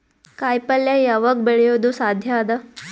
ಕಾಯಿಪಲ್ಯ ಯಾವಗ್ ಬೆಳಿಯೋದು ಸಾಧ್ಯ ಅದ?